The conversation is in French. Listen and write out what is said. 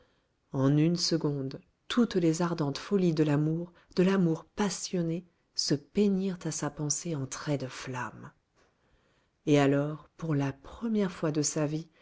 en une seconde toutes les ardentes folies de l'amour de l'amour passionné se peignirent à sa pensée en traits de flamme et alors pour la première fois de sa vie